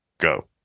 go